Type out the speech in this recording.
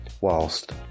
whilst